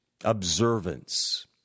observance